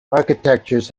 architectures